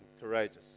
courageous